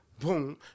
Boom